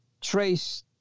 trace